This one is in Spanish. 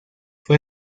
fue